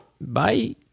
bye